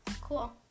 Cool